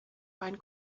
find